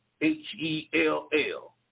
H-E-L-L